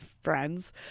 friends